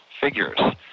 figures